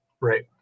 Right